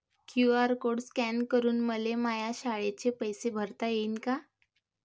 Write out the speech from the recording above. QR code scan करून मले माया शाळेचे पैसे भरता येईन का?